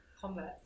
converts